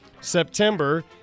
September